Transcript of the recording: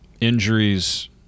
injuries